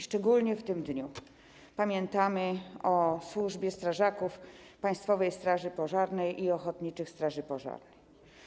Szczególnie w tym dniu pamiętamy o służbie strażaków Państwowej Straży Pożarnej i ochotniczych straży pożarnych.